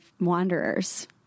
wanderers